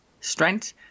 strength